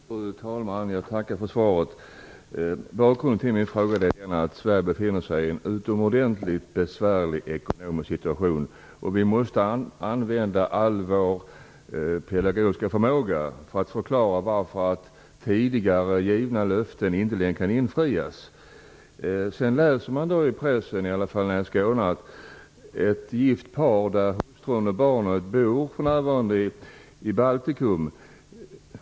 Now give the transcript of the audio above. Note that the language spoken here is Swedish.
Fru talman! Jag tackar socialministern för svaret. Bakgrunden till min fråga är att Sverige befinner sig i en utomordentligt besvärlig ekonomisk situation. Vi måste använda all vår pedagogiska förmåga till att förklara varför tidigare givna löften inte längre kan infrias. I pressen, i alla fall i Skåne, kan man dock läsa om ett gift par. Hustrun och barnet bor för närvarande i Baltikum.